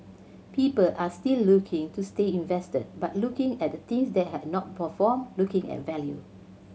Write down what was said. people are still looking to stay invested but looking at things that have not performed looking at value